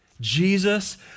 Jesus